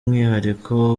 umwihariko